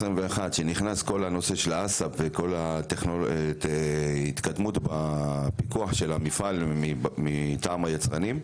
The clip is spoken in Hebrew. כשנכנס כל נושא ה- Haccpוההתקדמות בפיקוח של המפעל מטעם היצרנים,